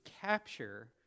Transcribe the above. capture